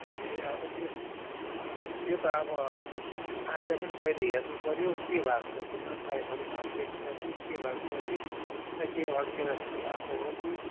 ए अब त्यो त्यो त अब आएर पनि पहिले हेर्नुपर्यो के भएको छ त्यो न पाइपहरू भाँचिएको छ कि के भएको छ कि न केही अड्केर त्यस्तो भएको हो कि